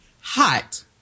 hot